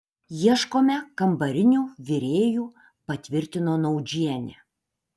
ieškome kambarinių virėjų patvirtino naudžienė